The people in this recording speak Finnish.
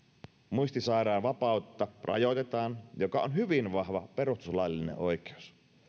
muistisairaan vapautta rajoitetaan ja vapaus on hyvin vahva perustuslaillinen oikeus